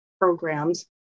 programs